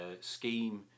scheme